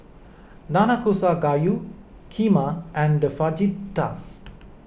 Nanakusa Gayu Kheema and Fajitas